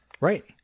right